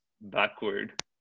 backward